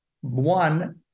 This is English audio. One